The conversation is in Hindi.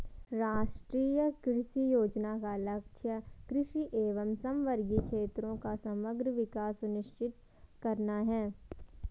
राष्ट्रीय कृषि योजना का लक्ष्य कृषि एवं समवर्गी क्षेत्रों का समग्र विकास सुनिश्चित करना है